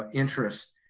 ah interest.